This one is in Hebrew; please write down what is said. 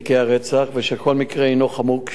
וכל מקרה הינו חמור כשלעצמו,